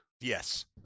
Yes